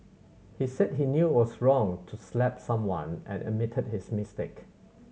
he said he knew was wrong to slap someone and admitted his mistake